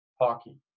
hockey